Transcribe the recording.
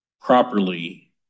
properly